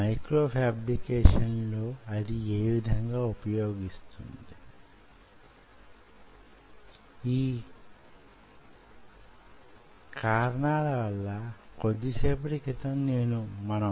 micro electro mechanical systems ను ఉపయోగించే క్రమంలో యిది చాలా ఉపయోగకరమైనది